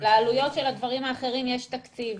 לעלויות של הדברים האחרים יש תקציב.